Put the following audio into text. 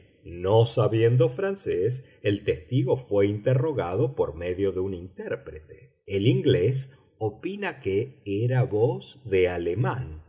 no sabiendo francés el testigo fué interrogado por medio de intérprete el inglés opina que era voz de alemán